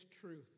truth